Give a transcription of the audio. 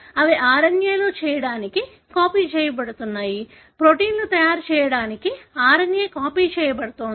అవి RNA చేయడానికి copy చేయబడుతున్నాయి ప్రోటీన్లు తయారు చేయడానికి RNA కాపీ చేయబడుతోంది